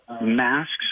masks